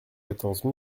quatorze